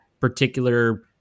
particular